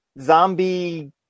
zombie